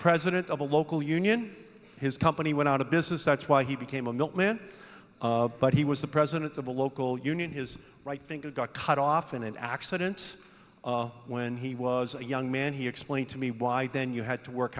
president of a local union his company went out of business that's why he became a milkman but he was the president of a local union his right think that got cut off in an accident when he was a young man he explained to me why then you had to work